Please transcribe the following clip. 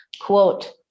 quote